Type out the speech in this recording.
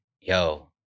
yo